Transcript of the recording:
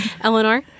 Eleanor